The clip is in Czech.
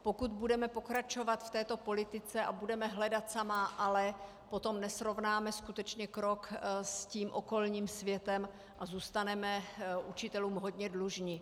Pokud budeme pokračovat v této politice a budeme hledat samá ale, potom nesrovnáme skutečně krok s tím okolním světem a zůstaneme učitelům hodně dlužni.